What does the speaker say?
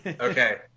Okay